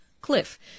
cliff